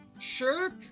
Shirk